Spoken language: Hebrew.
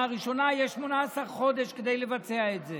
הראשונה יש 18 חודשים כדי לבצע את זה.